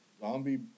Zombie